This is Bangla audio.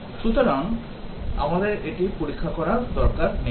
সুতরাং আমাদের এটি পরীক্ষা করার দরকার নেই